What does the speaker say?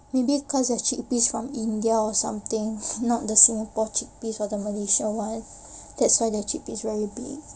maybe cause your chickpeas from india or something not the singapore chickpeas or malaysian ones that's why the chickpeas very big